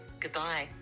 Goodbye